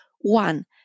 One